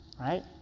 right